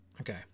okay